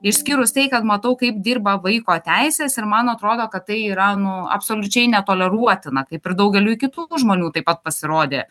išskyrus tai kad matau kaip dirba vaiko teisės ir man atrodo kad tai yra nu absoliučiai netoleruotina kaip ir daugeliui kitų žmonių taip pat pasirodė